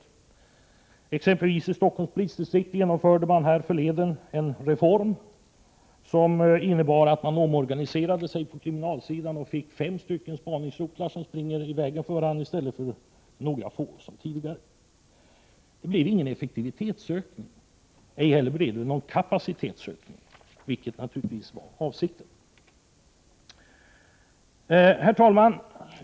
I exempelvis Stockholms polisdistrikt genomförde man härförleden en reform som innebar att kriminalsidan omorganiserades och man fick fem spaningsrotlar som springer i vägen för varandra — i stället för att ha några få som tidigare. Det blir ingen effektivitetsökning. Ej heller blir det någon kapacitetsökning, vilket naturligtvis var avsikten. Herr talman!